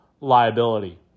liability